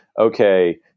okay